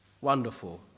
Wonderful